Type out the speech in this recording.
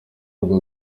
urwo